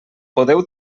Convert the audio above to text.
podeu